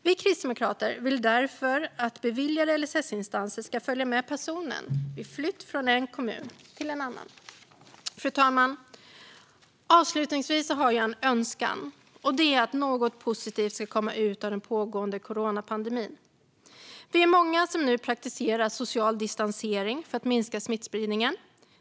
Vi kristdemokrater vill därför att beviljade LSS-insatser ska följa med personen vid flytt från en kommun till en annan. Fru talman! Avslutningsvis har jag en önskan, och det är att något positivt ska komma ut av den pågående coronapandemin. Vi är många som nu praktiserar social distansering för att minska smittspridningen.